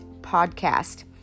podcast